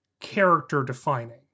character-defining